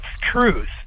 truth